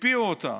הקפיאו אותה.